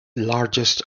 largest